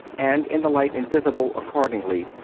and in the light invisible, accordingly,